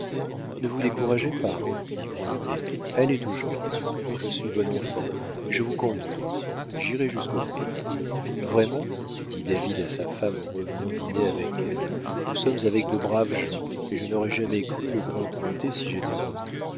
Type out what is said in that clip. ne vous découragez pas dit cointet allez toujours je suis bon enfant et je vous comprends j'irai jusqu'au bout vraiment dit david à sa femme en revenant dîner avec elle nous sommes avec de braves gens et je n'aurais jamais cru le grand cointet si généreux